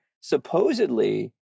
supposedly